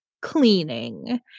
cleaning